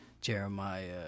Jeremiah